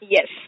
Yes